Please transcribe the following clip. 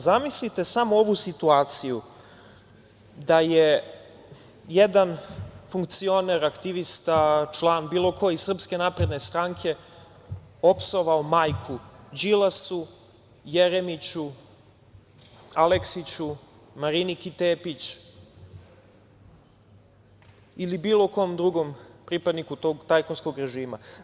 Zamislite samo ovu situaciju da je jedan funkcioner, aktivista, član, bilo ko iz Srpske napredne stranke opsovao majku Đilasu, Jeremiću, Aleksiću, Mariniki Tepić ili bilo kom drugom pripadniku tog tajkunskog režima?